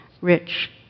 Rich